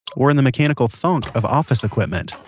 or and the mechanical thunk of office equipment